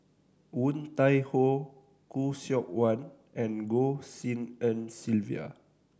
Woon Tai Ho Khoo Seok Wan and Goh Tshin En Sylvia